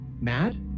mad